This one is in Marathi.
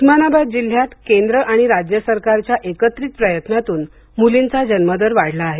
उस्मानाबाद जिल्ह्यात केंद्र आणि राज्य सरकारच्या एकत्रित प्रयत्नातून मुलींचा जन्मदर वाढला आहे